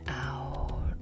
out